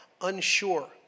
unsure